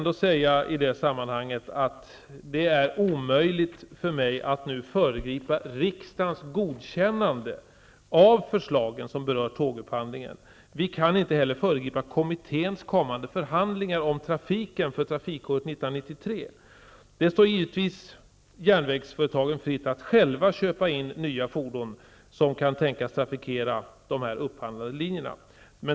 Det är omöjligt för mig att nu föregripa riksdagens godkännande av förslagen som berör upphandlingen av tåg. Regeringen kan inte föregripa kommitténs kommande förhandlingar om trafiken för trafikåret 1993. Det står givetvis järnvägsföretagen fritt att själva köpa in nya fordon som kan tänkas trafikera de upphandlade linjerna.